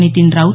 Nitin Raut